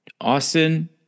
Austin